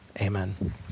amen